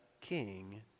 king